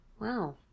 wow